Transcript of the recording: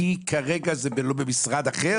כי כרגע זה לא במשרד אחר?